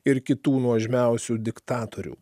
ir kitų nuožmiausių diktatorių